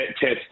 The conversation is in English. test